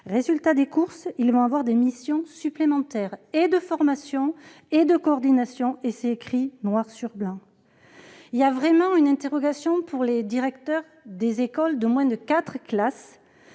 Résultat des courses, ils auront des missions supplémentaires de formation et de coordination : c'est écrit noir sur blanc ! Des interrogations subsistent pour les directeurs des écoles de moins de quatre classes,